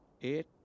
Eight